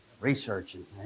researching